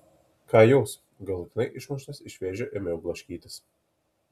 ką jūs galutinai išmuštas iš vėžių ėmiau blaškytis